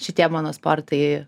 šitie mano sportai